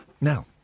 Now